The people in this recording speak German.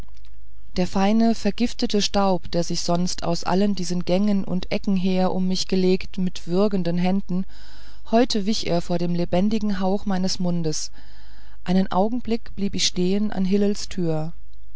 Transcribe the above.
der feine vergiftete staub der sich sonst aus allen diesen gängen und ecken her um mich gelegt mit würgenden händen heute wich er vor dem lebendigen hauch meines mundes einen augenblick blieb ich stehen an